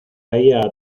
caía